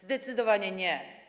Zdecydowanie nie.